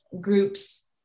groups